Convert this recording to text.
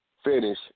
finish